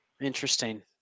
Interesting